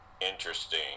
interesting